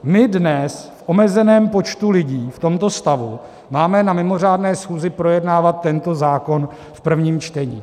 My dnes v omezeném počtu lidí, v tomto stavu, máme na mimořádné schůzi projednávat tento zákon v prvním čtení.